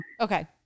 Okay